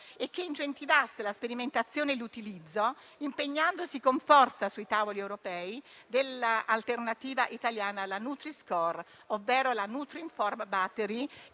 e che incentivasse la sperimentazione e l'utilizzo, impegnandosi con forza sui tavoli europei per l'alternativa italiana alla nutri-score, ovvero il nutrinform battery